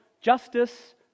justice